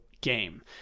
game